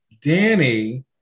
Danny